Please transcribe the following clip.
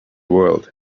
world